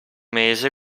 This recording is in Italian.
mese